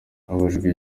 abajijwe